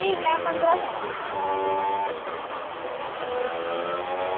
ठीक ऐ पंदरां सौ